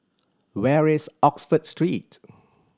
where is Oxford Street